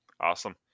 Awesome